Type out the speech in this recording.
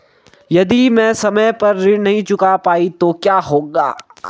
यदि मैं समय पर ऋण नहीं चुका पाई तो क्या होगा?